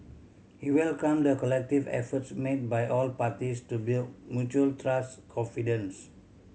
he welcomed the collective efforts made by all parties to build mutual trust confidence